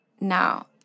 now